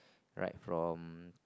like from